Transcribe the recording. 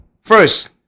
First